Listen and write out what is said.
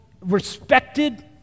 respected